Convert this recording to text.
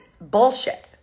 bullshit